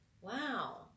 Wow